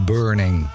Burning